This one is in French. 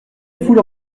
foules